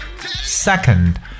Second